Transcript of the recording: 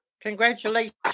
Congratulations